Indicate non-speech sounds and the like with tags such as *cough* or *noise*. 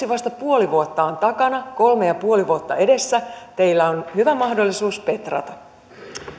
*unintelligible* vasta puoli vuotta on takana kolme pilkku viisi vuotta edessä teillä on hyvä mahdollisuus petrata